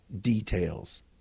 details